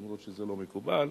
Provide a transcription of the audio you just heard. למרות שזה לא מקובל,